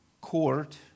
court